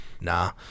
Nah